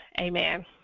Amen